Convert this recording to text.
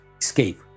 escape